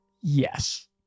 yes